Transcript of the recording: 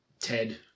Ted